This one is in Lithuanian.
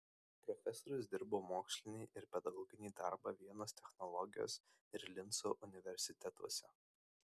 profesorius dirbo mokslinį ir pedagoginį darbą vienos technologijos ir linco universitetuose